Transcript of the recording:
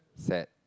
sad